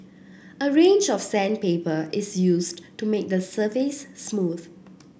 a range of sandpaper is used to make the surface smooth